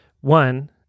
One